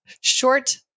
short